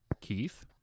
Keith